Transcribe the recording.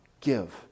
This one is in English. give